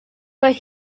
but